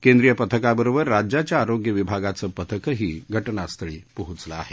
केंद्रिय पथकाबरोबर राज्याच्या आरोग्य विभागाच पथकही घ जास्थळी पोहोचलं आहे